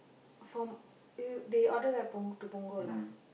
from they order where from Punggol to Punggol ah